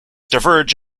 diverge